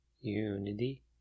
Unity